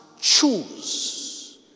choose